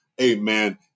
amen